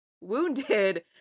Wounded